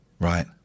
Right